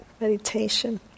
meditation